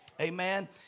Amen